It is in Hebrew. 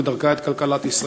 ודרכה את כלכלת ישראל.